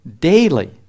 daily